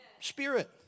spirit